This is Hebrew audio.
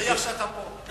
תוכיח שאתה פה.